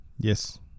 Yes